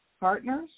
partners